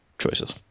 choices